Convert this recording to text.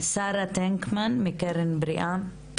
שרה טנקמן מקרן בריאה.